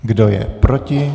Kdo je proti?